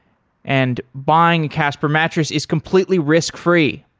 and buying casper mattress is completely risk-free.